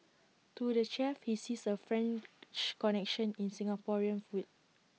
to the chef he sees A French connection in Singaporean food